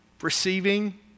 receiving